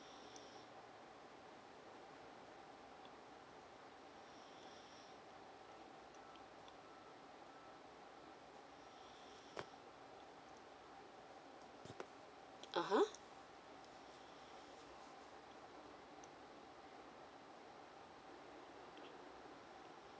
a'ah